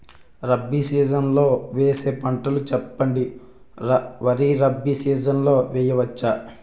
Rabi season లో వేసే పంటలు చెప్పండి? వరి రబీ సీజన్ లో వేయ వచ్చా?